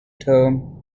term